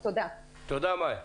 תודה, מאיה.